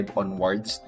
onwards